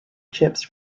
chips